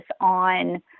on